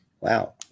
Wow